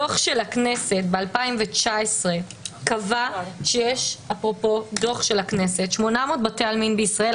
דוח של הכנסת קבע ב-2019 שיש 800 בתי עלמין בישראל.